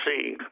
see